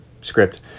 script